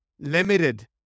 Limited